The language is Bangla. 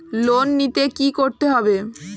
লোন নিতে কী করতে হবে?